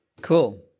Cool